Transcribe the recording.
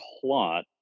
plot